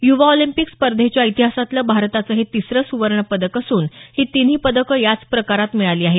युवा ऑलिंपिक स्पर्धेच्या इतिहासातलं भारताचं हे तिसरं सुवर्णपदकं असून ही तिन्ही पदकं याच प्रकारात मिळाली आहेत